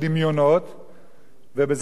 ובזה אני גם אומר לסופרים החרדים,